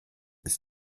ist